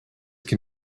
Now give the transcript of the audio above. can